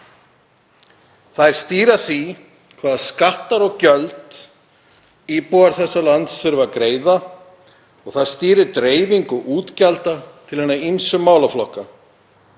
Þær stýra því hvaða skatta og gjöld íbúar þessa lands þurfa að greiða. Þær stýra dreifingu útgjalda til hinna ýmsu málaflokka.